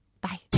bye